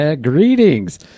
Greetings